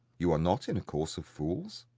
you are not in a course of fools?